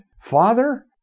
Father